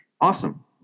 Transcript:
Awesome